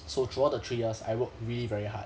so throughout the three years I worked really very hard